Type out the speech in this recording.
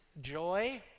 joy